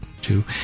two